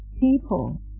people